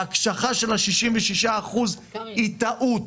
ההקשחה של ה-66 אחוזים היא טעות.